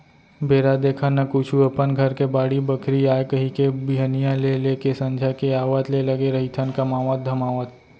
बेरा देखन न कुछु अपन घर के बाड़ी बखरी आय कहिके बिहनिया ले लेके संझा के आवत ले लगे रहिथन कमावत धमावत